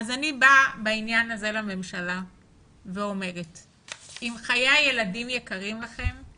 אני בעניין הזה אני באה לממשלה ואומרת שאם חיי הילדים יקרים לכם,